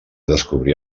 descobrir